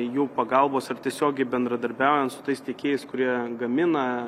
jų pagalbos ar tiesiogiai bendradarbiaujant su tais tiekėjais kurie gamina